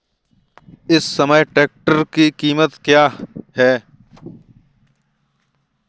इस समय ट्रैक्टर की कीमत क्या है?